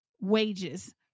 wages